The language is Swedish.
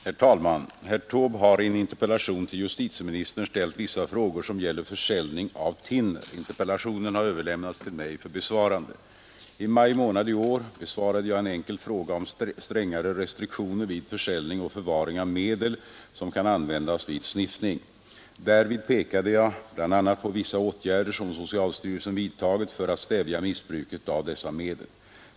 Herr talman! Herr Taube har i en interpellation till justitieministern ställt vissa frågor som gäller försäljning av thinner. Interpellationen har överlämnats till mig för besvarande. r besvarade jag en enkel fråga om strängare I maj månad restriktioner vid försäljning och förvaring av medel som kan användas vid sniffning. Därvid pekade jag bl.a. på vissa åtgärder som socialstyrelsen vidtagit för att stävja missbruket av dessa medel.